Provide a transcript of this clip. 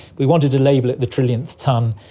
we wanted to label it the trillionth tonne,